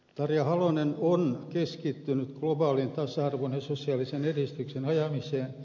tarja halonen on keskittynyt globaalin tasa arvon ja sosiaalisen edistyksen ajamiseen